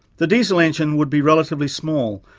the diesel engine would be relatively small,